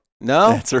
No